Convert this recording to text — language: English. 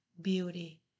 beauty